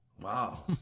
Wow